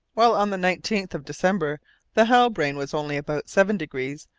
while on the nineteenth of december the halbrane was only about seven degrees,